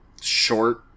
short